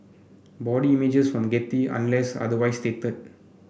body images from Getty unless otherwise stated